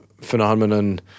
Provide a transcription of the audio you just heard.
phenomenon